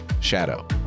shadow